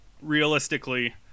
realistically